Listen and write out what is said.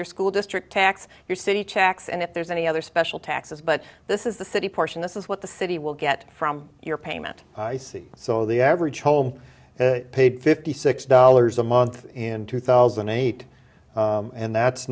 your school district tax your city checks and if there's any other special taxes but this is the city portion this is what the city will get from your payment i see so the average home paid fifty six dollars a month in two thousand and eight and that's